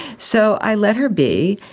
so i let her be.